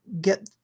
get